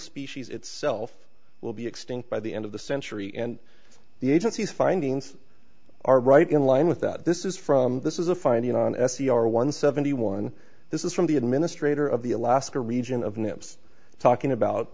species itself will be extinct by the end of the century and the agency's findings are right in line with that this is from this is a finding on s c r one seventy one this is from the administrator of the alaska region of nips talking about